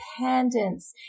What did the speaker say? independence